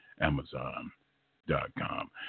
Amazon.com